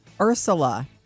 Ursula